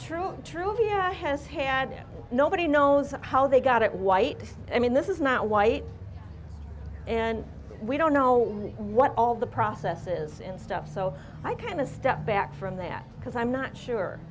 true true via has had nobody knows how they got it white i mean this is now white and we don't know what all the processes and stuff so i kinda step back from that because i'm not sure